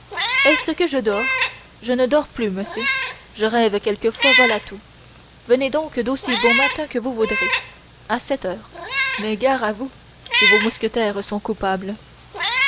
est-ce que je dors je ne dors plus monsieur je rêve quelquefois voilà tout venez donc d'aussi bon matin que vous voudrez à sept heures mais gare à vous si vos mousquetaires sont coupables